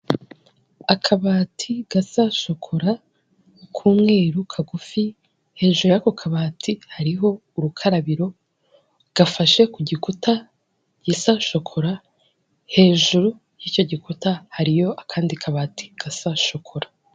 Akabati gasa shokora k'umweru kagufi hejuru y'ako kabati hariho urukarabiro gafashe ku gikuta gisa shokora hejuru y'icyo gikuta hariyo akandi kabati gasa shokora.